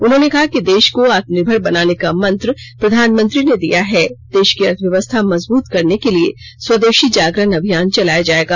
उन्होंने कहा कि देष को आत्मनिर्भर बनाने का मंत्र प्रधानमंत्री ने दिया है देष की अर्थव्यवस्था मजबूत करने के लिए स्वदेषी जागरण अभियान चलाया जाएगा